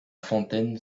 fontaine